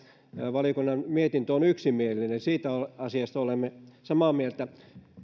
valiokunnan mietintö on yksimielinen ja siitä asiasta olemme samaa mieltä